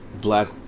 black